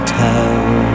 town